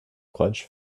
clenched